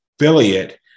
affiliate